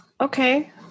Okay